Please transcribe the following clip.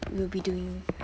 will be doing